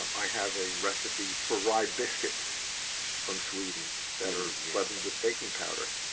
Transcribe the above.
um i have a recipe for rye biscuits from sweden that are leavened with baking powder.